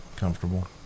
comfortable